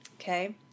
Okay